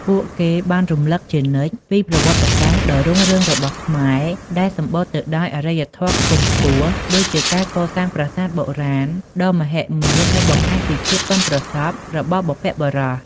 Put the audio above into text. ពួកគេបានរំឭកជានិច្ចពី ប្រវត្តិសាស្ត្រដ៏រុងរឿងរបស់ខ្មែរ ដែលសម្បូរទៅដោយអរិយធម៌ខ្ពង់ខ្ពស់ ដូចជាការកសាង ប្រាសាទបុរាណ ដ៏មហិមាដែលបង្ហាញពីភាពប៉ិនប្រសប់របស់បុព្វបុរស។